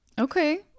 Okay